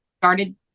started